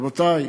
רבותי,